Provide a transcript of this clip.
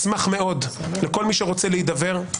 אתה מוכר אותו במקביל לקידום הרפורמה.